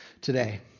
today